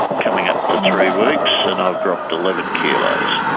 coming up to three weeks, and i've dropped eleven kilos.